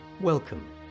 Welcome